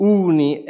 uni